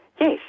Yes